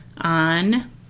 on